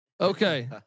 Okay